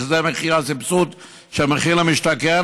שזה מחיר הסבסוד של מחיר למשתכן,